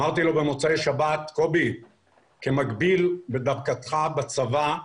אמרתי לו במוצאי שבת שכמקביל בדרגתו בצבא,